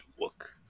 Look